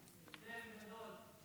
הבדל גדול.